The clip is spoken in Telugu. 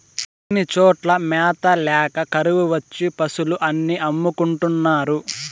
కొన్ని చోట్ల మ్యాత ల్యాక కరువు వచ్చి పశులు అన్ని అమ్ముకుంటున్నారు